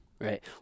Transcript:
Right